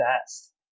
best